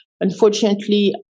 unfortunately